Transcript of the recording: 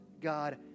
God